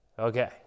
Okay